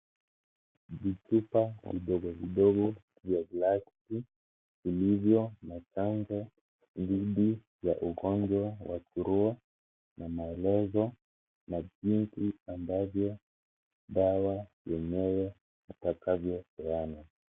Vichupa vidogo vidogo vya glasi, vilivyo na chanjo dithi ya ugonjwa wa surua na maelezo, na jinsi ambavyo dawa yenyewe itakavyo peanwa.